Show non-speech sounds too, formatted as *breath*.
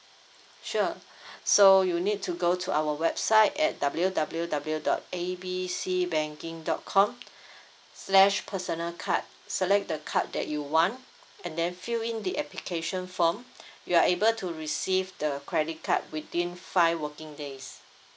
sure *breath* so you need to go to our website at W W W dot A B C banking dot com slash personal card select the card that you want and then fill in the application form you are able to receive the credit card within five working days